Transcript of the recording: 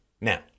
Now